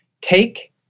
take